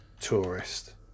Tourist